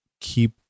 keep